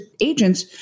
agents